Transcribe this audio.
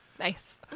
Nice